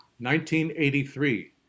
1983